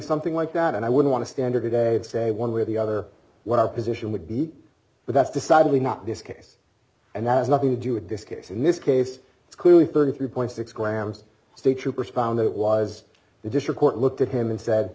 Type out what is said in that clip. something like that and i would want to standard ad say one way or the other what our position would be but that's decidedly not this case and that has nothing to do with this case in this case it's clearly thirty three six grams state troopers found it was the district court looked at him and said